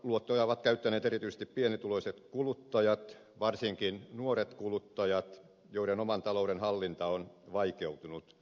pikaluottoja ovat käyttäneet erityisesti pienituloiset kuluttajat varsinkin nuoret kuluttajat joiden oman talouden hallinta on vaikeutunut